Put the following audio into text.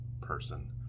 person